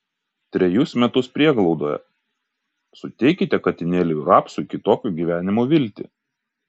trejus metus prieglaudoje suteikite katinėliui rapsui kitokio gyvenimo viltį